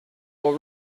will